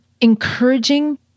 encouraging